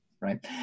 Right